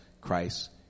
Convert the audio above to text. Christ